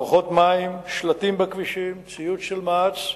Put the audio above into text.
מערכות מים, שלטים בכבישים, ציוד של מע"צ,